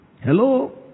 Hello